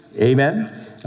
Amen